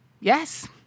Yes